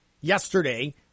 yesterday